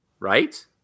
Right